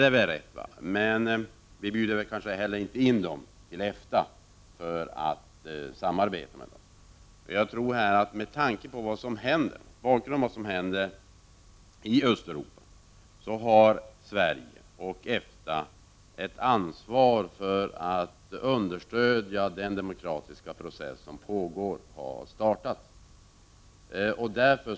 Det är väl riktigt, men vi bjuder kanske inte heller in dem till EFTA för att samarbeta med dem. Mot bakgrund av vad som händer i Östeuropa har Sverige och EFTA ett ansvar för att understödja den demokratiska process som har startat och pågår.